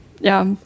Ja